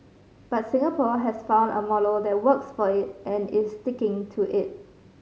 but Singapore has found a model that works for it and is sticking to it